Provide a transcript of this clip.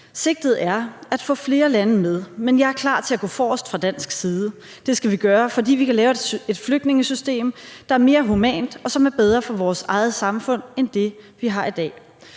»»Sigtet er at få flere lande med, men jeg er klar til at gå forrest fra danske side. Det skal vi gøre, fordi vi kan lave et flygtningesystem, der er mere humant, og som er bedre for vores eget samfund, end det vi har i dag,«